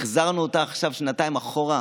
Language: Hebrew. החזרנו אותה עכשיו שנתיים אחורה,